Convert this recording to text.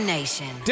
Nation